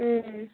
ಹ್ಞೂ